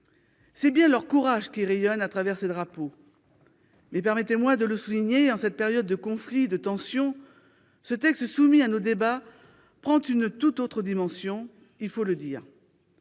C'est bien leur courage qui rayonne à travers ces drapeaux ! Mais, permettez-moi de le souligner, en cette période de conflits et de tensions, le texte soumis à nos débats revêt une tout autre dimension. Certains, il faut le dire,